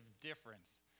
difference